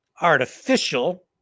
Artificial